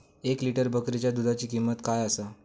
एक लिटर बकरीच्या दुधाची किंमत काय आसा?